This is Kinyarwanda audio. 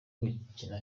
gukina